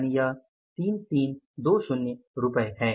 यानि यह 333320 रुपये है